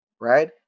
right